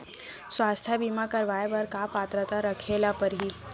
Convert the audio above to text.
स्वास्थ्य बीमा करवाय बर का पात्रता रखे ल परही?